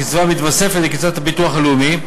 קצבה המתווספת לקצבת הביטוח הלאומי,